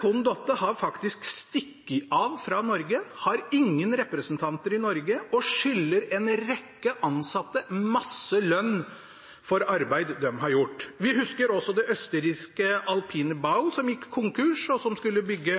Condotte har faktisk stukket av fra Norge. De har ingen representanter i Norge og skylder en rekke ansatte masse lønn for arbeid de har gjort. Vi husker også det østerrikske Alpine Bau, som gikk konkurs, og som skulle bygge